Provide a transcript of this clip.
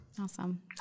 Awesome